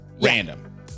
Random